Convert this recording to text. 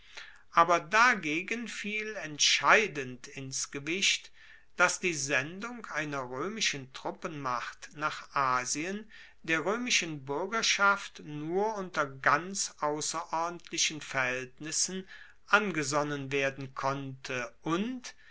aber dagegen fiel entscheidend ins gewicht dass die sendung einer roemischen truppenmacht nach asien der roemischen buergerschaft nur unter ganz ausserordentlichen verhaeltnissen angesonnen werden konnte und